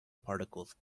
particles